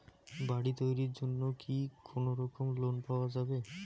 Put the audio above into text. বাড়ি তৈরির জন্যে কি কোনোরকম লোন পাওয়া যাবে?